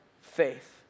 faith